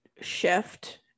shift